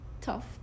tough